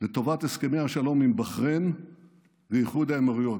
לטובת הסכמי השלום עם בחריין ואיחוד האמירויות.